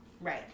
Right